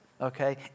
okay